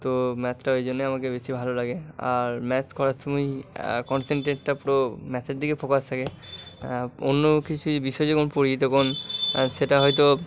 তো ম্যাথটা ওই জন্যই আমাকে বেশি ভালো লাগে আর ম্যাথ করার সময় কন্সেনট্রেটটা পুরো ম্যাথের দিকে ফোকাস থাকে অন্য কিছুই বিষয় যেরকম পড়ি তখন সেটা হয়তো